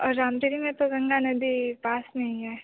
और रामधनि में तो गंगा नदी पास में ही है